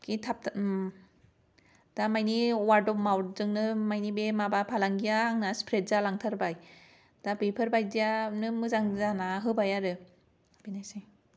दा मानि वार्ड अब माउ्थजोंनो मानि बे माबा फालांगिया आंना स्प्रेड जालांथारबाय बेफोरबायदियानो मोजां जानान होबाय आरो बेनोसै